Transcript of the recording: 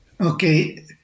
Okay